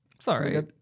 Sorry